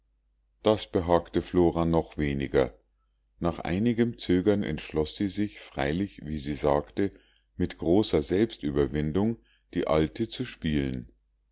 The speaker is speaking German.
das behagte flora noch weniger nach einigem zögern entschloß sie sich freilich wie sie sagte mit großer selbstüberwindung die alte zu spielen